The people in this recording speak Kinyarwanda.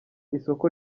isoko